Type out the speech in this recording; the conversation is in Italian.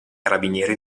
carabinieri